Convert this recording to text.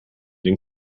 den